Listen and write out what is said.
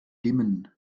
dimmen